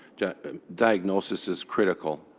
yeah and diagnosis is critical.